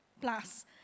plus